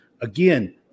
Again